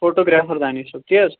photo grapher Danish صٲب تی حظ